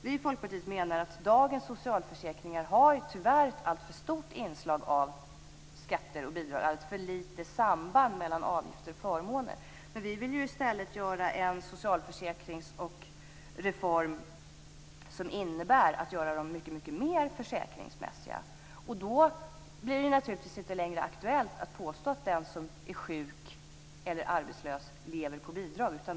Vi i Folkpartiet menar att dagens socialförsäkringar tyvärr har ett alltför stort inslag av skatter och bidrag och ett alltför litet samband mellan avgifter och förmåner. Vi vill i stället göra en socialförsäkringsreform som innebär att socialförsäkringarna blir mycket mer försäkringsmässiga. Då blir det naturligtvis inte längre aktuellt att påstå att den som är sjuk eller arbetslös lever på bidrag.